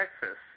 Texas